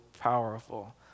powerful